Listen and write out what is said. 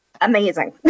amazing